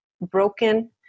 broken